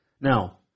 Now